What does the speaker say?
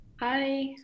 Hi